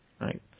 Right